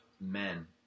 men